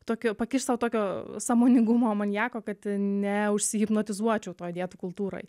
tokio pakišt sau tokio sąmoningumo maniako kad ne užsihipnotizuočiau toj dietų kultūroj